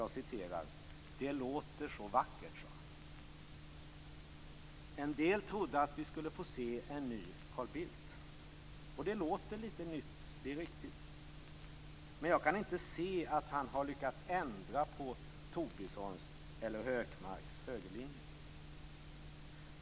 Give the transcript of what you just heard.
Jag citerar: "Det låter så vackert." En del trodde att vi skulle få se en ny Carl Bildt, och det låter litet nytt, det är riktigt. Men jag kan inte se att han har lyckats ändra på Tobissons eller Hökmarks högerlinje.